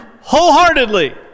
wholeheartedly